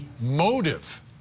Motive